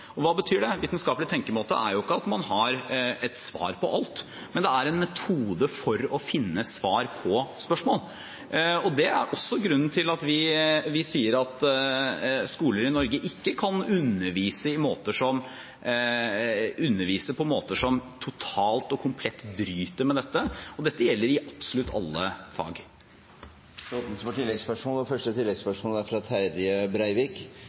Og hva betyr det? Vitenskapelig tenkemåte er jo ikke at man har et svar på alt, men er en metode for å finne svar på spørsmål. Det er også grunnen til at vi sier at skoler i Norge ikke kan undervise på måter som totalt og komplett bryter med dette, og dette gjelder i alle fag. Det åpnes for oppfølgingsspørsmål – først Terje Breivik.